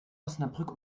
osnabrück